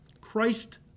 Christ